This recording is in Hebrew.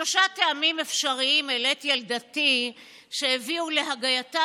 שלושה טעמים אפשריים העליתי על דעתי שהביאו להגייתה